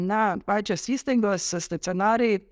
na pačios įstaigos stacionariai